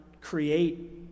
create